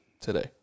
today